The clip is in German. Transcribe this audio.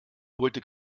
brüllte